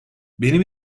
benim